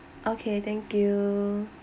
okay thank you